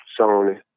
Sony